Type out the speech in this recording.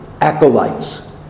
acolytes